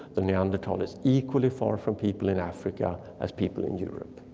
the neanderthal is equally far from people in africa as people in europe.